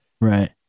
Right